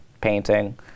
painting